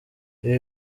ibi